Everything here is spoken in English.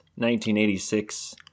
1986